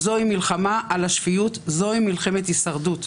זוהי מלחמה על השפיות, זוהי מלחמת הישרדות.